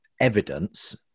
evidence